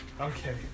Okay